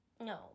No